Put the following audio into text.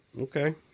Okay